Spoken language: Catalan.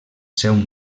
seu